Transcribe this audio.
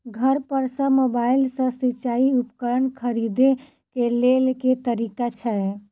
घर पर सऽ मोबाइल सऽ सिचाई उपकरण खरीदे केँ लेल केँ तरीका छैय?